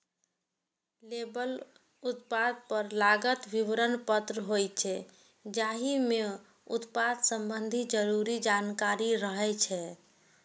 label उत्पाद पर लागल विवरण पत्र होइ छै, जाहि मे उत्पाद संबंधी जरूरी जानकारी रहै छै